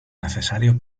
necesario